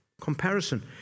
Comparison